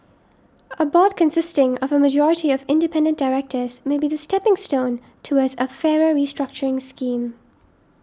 a board consisting of a majority of independent directors may be the stepping stone towards a fairer restructuring scheme